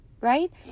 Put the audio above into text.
right